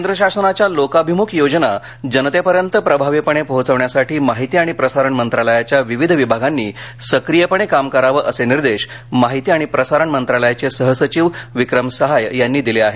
केंद्र शासनाच्या लोकाभिमुख योजना जनतेपर्यंत प्रभावीपणे पोहचवण्यासाठी माहिती आणि प्रसारण मंत्रालयाच्या विवीध विभागांनी सक्रीयपणे काम करावं असे निर्देश माहिती आणि प्रसारण मंत्रालयाचे सह सचीव विक्रम सहाय यांनी दिले आहेत